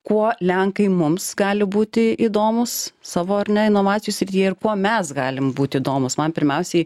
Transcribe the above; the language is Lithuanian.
kuo lenkai mums gali būti įdomūs savo ar ne inovacijų srityje ir kuo mes galim būt įdomūs man pirmiausiai